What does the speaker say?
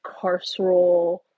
carceral